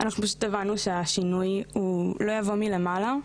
אנחנו פשוט הבנו שהשינוי לא יבוא מלמעלה,